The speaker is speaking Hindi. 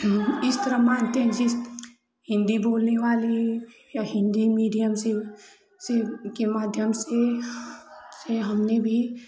इस तरह मानते हैं जिस हिन्दी बोलने बाले या हिन्दी मीडियम से के माध्यम से हमनें भी